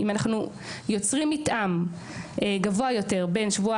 אם אנחנו יוצרים מתאם גבוה יותר בין שבוע